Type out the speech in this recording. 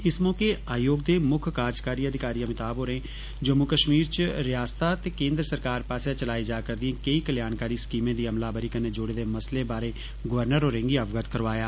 इस मौके आयोग दे मुक्ख कार्जकारी अधिकारी अमिताम होरें जम्मू कश्मीर च रियास्त ते केन्द्र सरकार पास्सेया चलाई जा करदिया केई कल्याणकारी स्कीमें दी अमलाबरी कन्नै जुड़े दे मसलें बारै गर्वनर होरेंगी अवगत करोआया